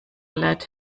let